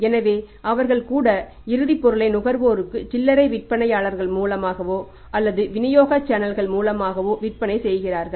எனவே அவர்கள் கூட இறுதிப் பொருளை நுகர்வோருக்கு சில்லறை விற்பனையாளர்கள் மூலமாகவோ அல்லது விநியோக சேனல்கள் மூலமாகவோ விற்பனை செய்கிறார்கள்